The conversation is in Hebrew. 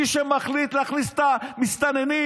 מי שמחליט להכניס את המסתננים,